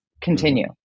Continue